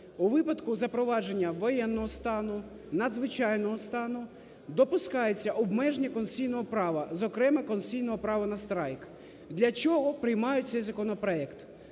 У випадку запровадження воєнного стану, надзвичайного стану допускається обмеження конституційного права, зокрема, конституційного права на страйк. Для чого приймають цей законопроект?